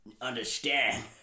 understand